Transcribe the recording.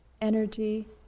energy